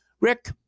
Rick